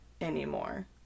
anymore